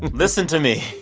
listen to me.